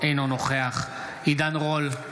אינו נוכח עידן רול,